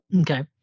Okay